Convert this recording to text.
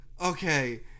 Okay